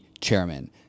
chairman